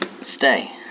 Stay